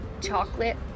chocolate